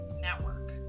network